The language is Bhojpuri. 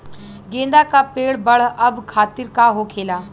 गेंदा का पेड़ बढ़अब खातिर का होखेला?